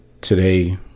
today